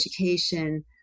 education